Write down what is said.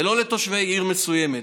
ולא לתושבי עיר מסוימת.